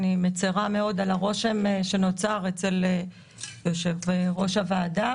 אני מצרה מאוד על הרושם שנוצר אצל יושב-ראש הוועדה